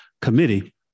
committee